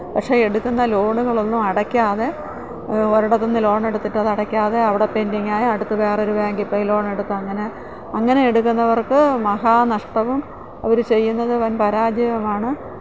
പക്ഷേ എടുക്കുന്ന ലോണുകളൊന്നും അടയ്ക്കാതെ ഒരിടത്തുനിന്ന് ലോൺ എടുത്തിട്ടത് അടക്കാതെ അവിടെ പെൻ്റിംഗായി അടുത്ത് വേറൊരു ബാങ്കില് പോയി ലോണെടുക്കും അങ്ങനെ അങ്ങനെ എടുക്കുന്നവർക്ക് മഹാനഷ്ടവും അവര് ചെയ്യുന്നത് വൻ പരാജയവുമാണ്